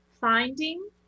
finding